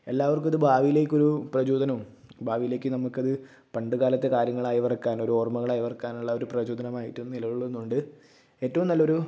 എല്ലാവർക്കും ഇത് ഭാവിയിലേക്കൊരു പ്രചോദനവും ഭാവിയിലേക്ക് നമുക്കത് പണ്ട് കാലത്തെ കാര്യങ്ങൾ അയവിറക്കാൻ ഒര് ഓർമ്മകളയവെറക്കാനുള്ള ഒരു പ്രചോദനമായിട്ടും നിലക്കൊള്ളുന്നുണ്ട് ഏറ്റവും നല്ലൊരു